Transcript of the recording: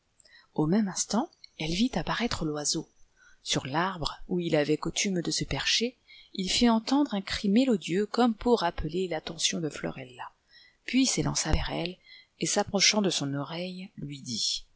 au même instant elle vit apparaître l'oiseau sur l'arbre où il avait coutume de se percher il lit entendre un cri mélodieux comme pour appeler l'aitention de florella puis il s'élança vers elle et s'approchant de son oreille lui dit